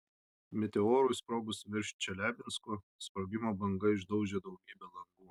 meteorui sprogus virš čeliabinsko sprogimo banga išdaužė daugybę langų